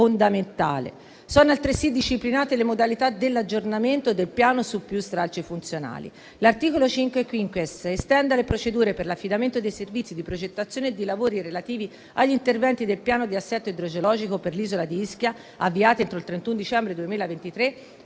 Sono disciplinate altresì le modalità dell'aggiornamento del piano su più stralci funzionali.